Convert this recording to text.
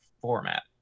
format